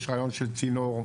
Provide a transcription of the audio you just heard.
יש רעיון של צינור,